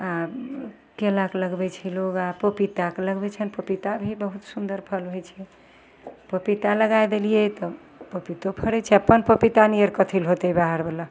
आओर केलाके लगबै छै लोक आओर पपीताके लगबै छै ने पपीता भी बहुत सुन्दर फल होइ छै पपीता लगै देलिए तऽ पपीतो फड़ै छै अपन पपीता नियर कथी लै होते बाहरवला